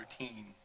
routine